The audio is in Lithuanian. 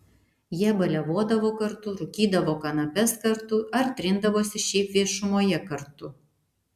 jie baliavodavo kartu rūkydavo kanapes kartu ar trindavosi šiaip viešumoje kartu